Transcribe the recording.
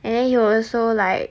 and then he will also like